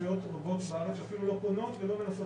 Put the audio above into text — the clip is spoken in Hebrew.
רשויות רבות בארץ שאפילו לא פונות ולא מנסות